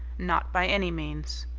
not by any means.